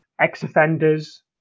ex-offenders